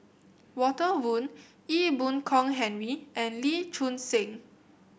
Walter Woon Ee Boon Kong Henry and Lee Choon Seng